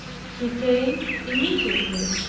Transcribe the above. he came immediately,